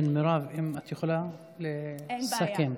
מירב, אם אתה יכולה, לסכם.